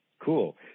Cool